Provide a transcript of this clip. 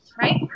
right